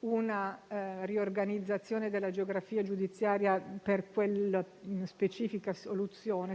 una riorganizzazione della geografia giudiziaria per quella specifica situazione,